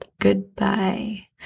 Goodbye